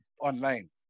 online